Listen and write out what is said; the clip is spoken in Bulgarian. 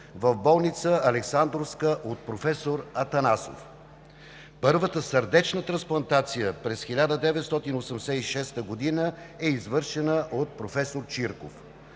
в болница „Александровска“ от професор Атанасов. Първата сърдечна трансплантация през 1986 г. е извършена от професор Чирков.